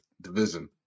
division